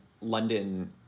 London